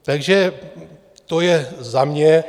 Takže to je za mě.